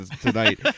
tonight